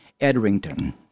Edrington